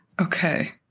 Okay